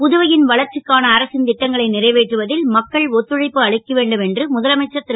புதுவை ன் வளர்ச்சிக்கான அரசின் ட்டங்களை றைவேற்றுவ ல் மக்கள் ஒத்துழைப்பு அளிக்க வேண்டும் என்று முதலமைச்சர் ரு